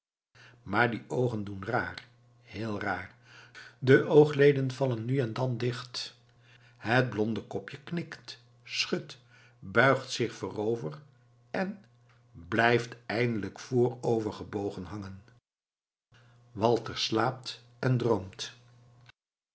maar die oogen doen raar heel raar de oogleden vallen nu en dan dicht het blonde kopje knikt schudt buigt zich voorover en blijft eindelijk voorover gebogen hangen walter slaapt en droomt